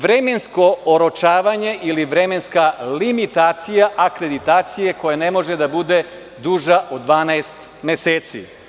Vremensko oročavanje ili vremenska limitacija akreditacije koja ne može da bude duža od 12 meseci.